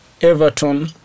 Everton